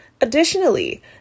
Additionally